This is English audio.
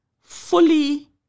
fully